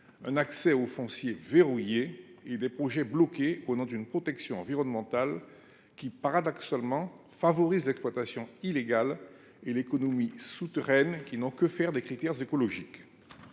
un accès au foncier verrouillé et des projets bloqués au nom d’une protection environnementale, qui, paradoxalement, favorise l’exploitation illégale et l’économie souterraine, qui n’ont que faire des critères écologiques.